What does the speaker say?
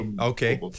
okay